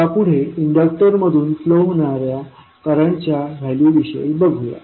आता पुढे इंडक्टर मधून फ्लो होणाऱ्या करंटच्या व्हॅल्यू विषयी बघूया